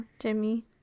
Jimmy